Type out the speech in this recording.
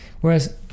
Whereas